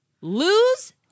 Lose